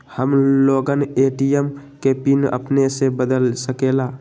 हम लोगन ए.टी.एम के पिन अपने से बदल सकेला?